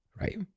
Right